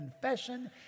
Confession